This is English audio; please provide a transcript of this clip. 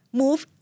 move